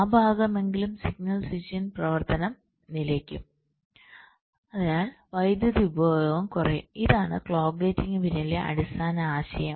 ആ ഭാഗമെങ്കിലും signal switching പ്രവർത്തനം നിലയ്ക്കും അതിനാൽ വൈദ്യുതി ഉപഭോഗം കുറയും ഇതാണ് ക്ലോക്ക് ഗേറ്റിംഗിന് പിന്നിലെ അടിസ്ഥാന ആശയം